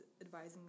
advising